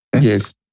Yes